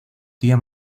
tía